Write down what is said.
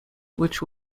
which